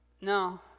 no